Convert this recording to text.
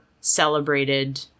celebrated